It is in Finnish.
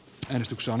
edistyksen